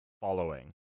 following